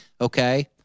Okay